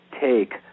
take